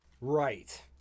Right